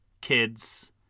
kids